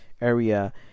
area